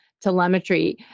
Telemetry